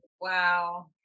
Wow